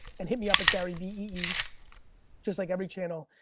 and hit me up at gary v e just like every channel.